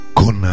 con